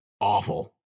Awful